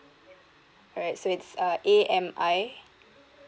alright so it's uh a m i